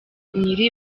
nyiri